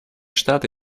штаты